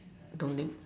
don't need